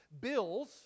bills